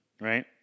Right